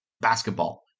basketball